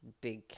big